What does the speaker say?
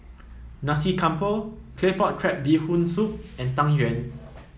Nasi Campur Claypot Crab Bee Hoon Soup and Tang Yuen